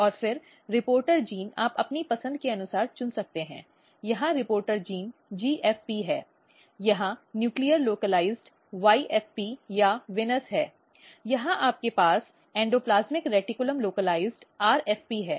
और फिर reporter gene आप अपनी पसंद के अनुसार चुन सकते हैं यहां रिपोर्टर जीन GFP है यहां न्यूक्लियर स्थानीयकृत YFP या VENUS है यहां आपके पास एंडोप्लास्मिक रेटिकुलम स्थानीयकृत RFP है